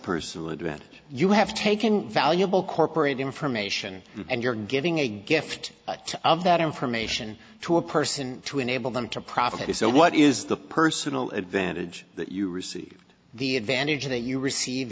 advantage you have taken valuable corporate information and you're giving a gift of that information to a person to enable them to profit if so what is the personal advantage that you receive the advantage that you receive